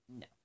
No